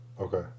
Okay